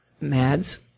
Mads